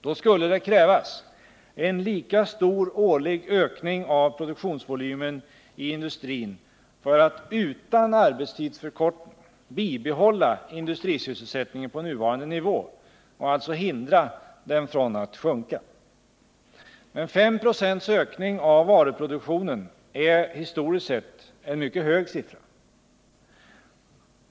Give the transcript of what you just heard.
Då skulle det krävas en lika stor årlig ökning av produktionsvolymen i industrin för att utan arbetstidsförkortning bibehålla industrisysselsättningen på nuvarande nivå och alltså hindra den från att sjunka. Men 5 96 ökning av varuproduktionen är historiskt sett en mycket hög siffra.